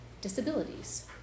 disabilities